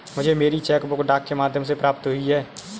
मुझे मेरी cheque book डाक के माध्यम से प्राप्त हुई है